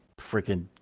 freaking